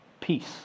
peace